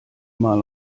mal